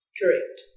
correct